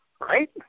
right